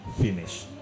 finish